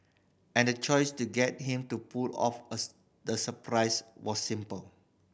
and the choice to get him to pull off the surprise was simple